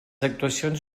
actuacions